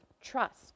trust